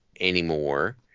anymore